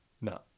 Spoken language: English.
No